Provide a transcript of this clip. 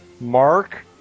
Mark